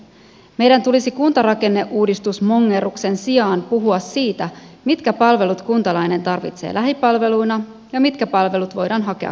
meidän tulisi kuntarakenneuudistusmongerruksen sijaan puhua siitä mitkä palvelut kuntalainen tarvitsee lähipalveluina ja mitkä palvelut voidaan hakea kauempaa